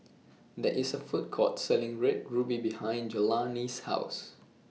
There IS A Food Court Selling Red Ruby behind Jelani's House